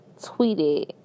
tweeted